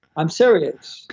i'm serious.